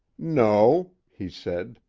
no, he said,